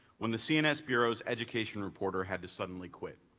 when the cns bureau's education reporter had to suddenly quit.